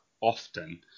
often